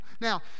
now